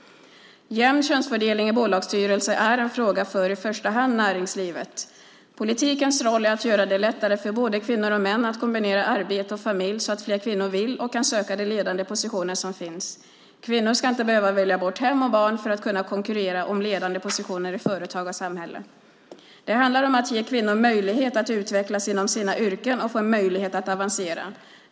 Jämn könsfördelning i bolagsstyrelser är en fråga för, i första hand, näringslivet. Politikens roll är att göra det lättare för både kvinnor och män att kombinera arbete och familj så att fler kvinnor vill och kan söka de ledande positioner som finns. Kvinnor ska inte behöva välja bort hem och barn för att kunna konkurrera om ledande positioner i företag och samhälle. Det handlar om att ge kvinnor möjlighet att utvecklas inom sina yrken och få en möjlighet att avancera.